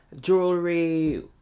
jewelry